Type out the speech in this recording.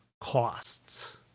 costs